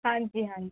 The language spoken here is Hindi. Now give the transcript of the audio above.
हाँ जी हाँ जी